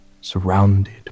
surrounded